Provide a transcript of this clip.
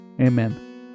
Amen